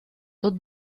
tot